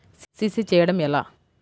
CC చేయడము ఎలా?